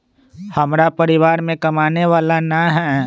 हमरा परिवार में कमाने वाला ना है?